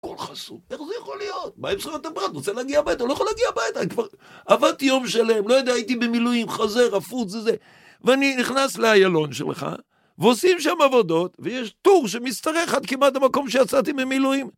הכל חסום, איך זה יכול להיות? מה עם זכויות הפרט? רוצה להגיע הביתה. לא יכול להגיע הביתה, אני כבר... עבדתי יום שלם, לא יודע, הייתי במילואים, חוזר, עפוץ וזה. ואני נכנס לאיילון שלך, ועושים שם עבודות, ויש טור שמשתרך עד כמעט המקום שיצאתי ממילואים.